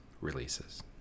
releases